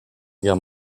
guerre